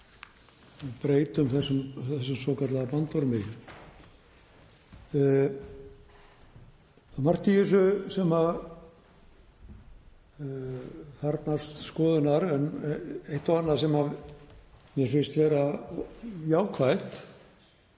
við breytum þessum svokallaða bandormi. Það er margt í þessu sem þarfnast skoðunar en eitt og annað sem mér finnst vera jákvætt.